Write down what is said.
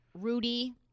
Rudy